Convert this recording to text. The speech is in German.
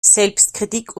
selbstkritik